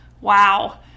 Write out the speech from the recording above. Wow